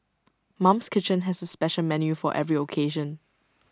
mum's kitchen has A special menu for every occasion